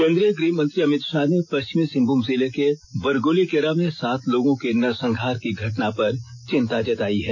केंद्रीय गृहमंत्री अमित शाह ने पश्चिमी सिंहभूम जिले के बुरुगुलीकेरा में सात लोगों के नरसंहार की घटना पर चिंता जतायी है